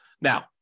Now